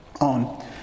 on